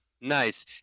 nice